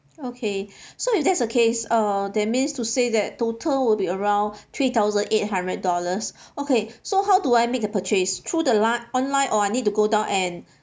okay so if that's the case uh that means to say that total will be around three thousand eight hundred dollars okay so how do I make the purchase through the line online or I need to go down and